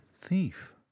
thief